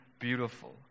beautiful